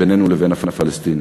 בינינו לבין הפלסטינים.